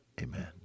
Amen